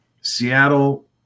Seattle